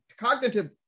cognitive